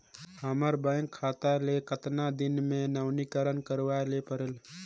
हमर बैंक खाता ले कतना दिन मे नवीनीकरण करवाय ला परेल?